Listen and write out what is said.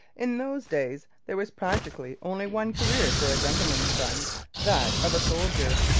in those days there was practically only one career for a gentleman's son that of a soldier.